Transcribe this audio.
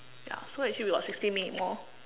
ya so actually we got sixteen minutes more